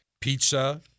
pizza